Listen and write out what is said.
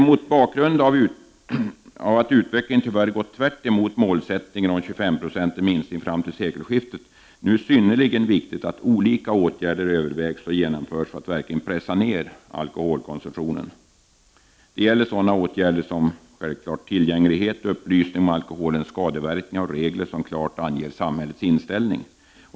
Mot bakgrund av att utvecklingen tyvärr går tvärtemot målsättningen om 25-procentig minskning fram till sekelskiftet är det nu synnerligen viktigt att olika åtgärder övervägs och genomförs för att verkligen pressa ned alkoholkonsumtionen. Det gäller sådana åtgärder som har att göra med tillgänglighet, upplysning om alkoholens skadeverkningar samt regler som klart anger samhällets inställning.